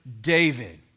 David